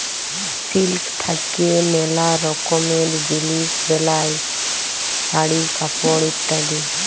silk থাক্যে ম্যালা রকমের জিলিস বেলায় শাড়ি, কাপড় ইত্যাদি